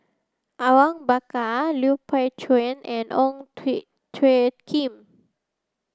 Awang Bakar Lui Pao Chuen and Ong Tjoe Kim